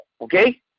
okay